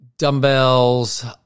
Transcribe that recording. dumbbells